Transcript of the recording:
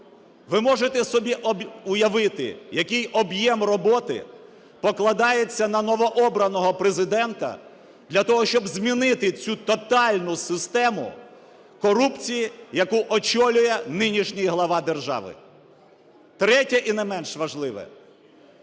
Ви можете собі уявити, який об'єм роботи покладається на новообраного Президента для того, щоб змінити цю тотальну систему корупції, яку очолює нинішній глава держави? Третє, і не менше важливе.